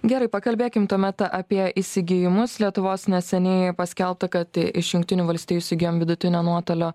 gerai pakalbėkim tuomet apie įsigijimus lietuvos neseniai paskelbta kad iš jungtinių valstijų įsigijom vidutinio nuotolio